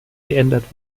geändert